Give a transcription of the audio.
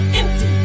empty